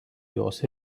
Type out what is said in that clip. jos